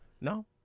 no